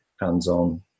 hands-on